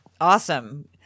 Awesome